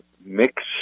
mix